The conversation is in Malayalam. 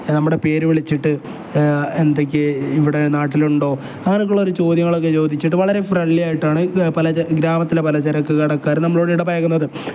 നമ്മുടെ പേര് വിളിച്ചിട്ട് എന്തൊക്കെ ഇവിടെ നാട്ടിലുണ്ടോ അങ്ങനെയൊക്കെ ഉള്ളൊരു ചോദ്യങ്ങളൊക്കെ ചോദിച്ചിട്ട് വളരെ ഫ്രണ്ട്ലി ആയിട്ടാണ് പല ഗ്രാമത്തിലെ പലചരക്കു കടക്കാർ നമ്മളോട് ഇടപഴകുന്നത്